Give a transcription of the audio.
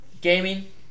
Gaming